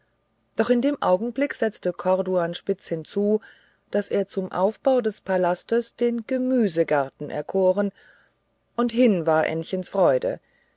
doch in dem augenblick setzte corduanspitz hinzu daß er zum aufbau des palastes den gemüsegarten erkoren und hin war ännchen freude